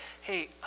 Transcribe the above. hey